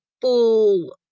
full